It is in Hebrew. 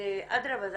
ואדרבה,